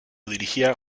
dirigía